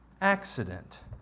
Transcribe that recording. accident